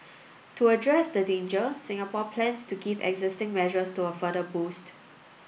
to address the danger Singapore plans to give existing measures to a further boost